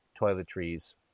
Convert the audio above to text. toiletries